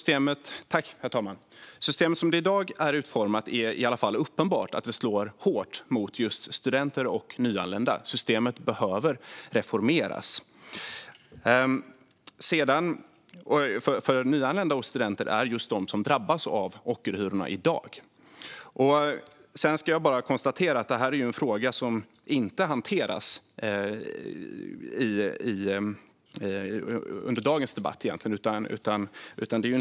Herr talman! Det är uppenbart att dagens system så som det är utformat slår hårt mot just studenter och nyanlända. Systemet behöver reformeras, för i dag är det just studenter och nyanlända som drabbas av ockerhyror. Låt mig konstatera att detta är en fråga som inte hanteras i dagens betänkande.